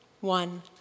One